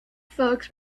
folks